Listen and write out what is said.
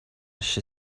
she